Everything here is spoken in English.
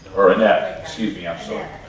or annette, excuse me, i'm sorry.